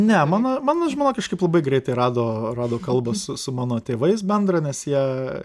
ne mano mano žmona kažkaip labai greitai rado rado kalbą su su mano tėvais bendrą nes jie